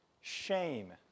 shame